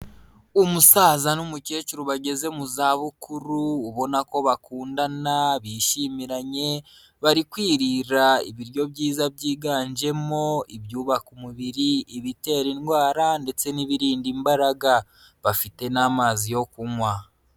Umusaza n'umukecuru bageze mu zabukuru ubona ko bakundana bishimiranye, bari kwirira ibiryo byiza byiganjemo ibyubaka umubiri, ibitera indwara ndetse n'ibirinda imbaraga, bafite n'amazi yo kunywa.